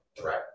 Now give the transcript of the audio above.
threat